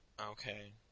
Okay